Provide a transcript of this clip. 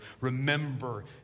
remember